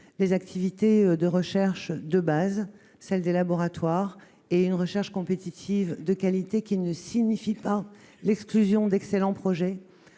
les activités de recherche de base, celles des laboratoires, et une recherche compétitive de qualité, sans risque d'exclure certains excellents projets